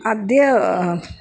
अद्य अहम्